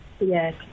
yes